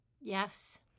yes